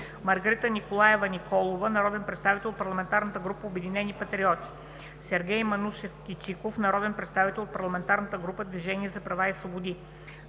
Маргарита Николаева Николова – народен представител от Парламентарната група „Обединени патриоти”; Сергей Манушов Кичиков – народен представител от Парламентарната група „Движение за права и свободи”;